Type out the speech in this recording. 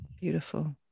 Beautiful